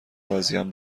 راضیم